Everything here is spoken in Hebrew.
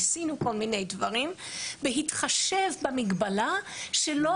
ניסינו כל מיני דברים בהתחשב במגבלה שלא